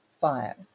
fire